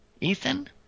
Ethan